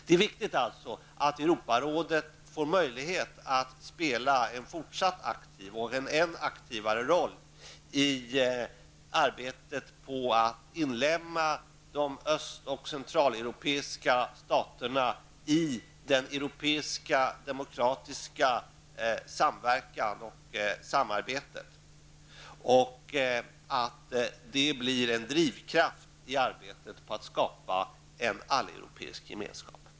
Det är alltså viktigt att Europarådet får möjlighet att spela en fortsatt aktiv -- och en aktivare -- roll i arbetet på att inlemma de öst och centraleuropeiska staterna i Europas demokratiska samverkan och samarbete, och att Europarådet blir en drivkraft i arbetet på att skapa en alleuropeisk gemenskap.